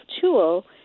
tool